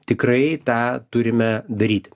tikrai tą turime daryti